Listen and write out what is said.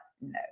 no